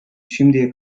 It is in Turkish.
şimdiye